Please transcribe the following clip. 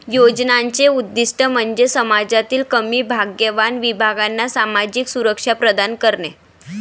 योजनांचे उद्दीष्ट म्हणजे समाजातील कमी भाग्यवान विभागांना सामाजिक सुरक्षा प्रदान करणे